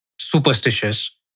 Superstitious